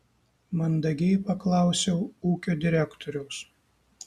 mandagiai paklausiau ūkio direktoriaus